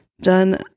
done